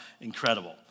Incredible